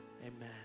Amen